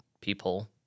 people